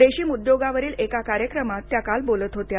रेशीम उद्योगावरील एका कार्यक्रमात त्या काल बोलत होत्या